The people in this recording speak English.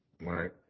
right